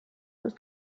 ist